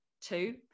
Two